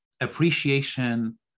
appreciation